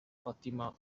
fatima